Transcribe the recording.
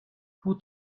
who